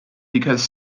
because